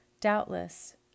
Doubtless